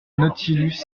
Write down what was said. nautilus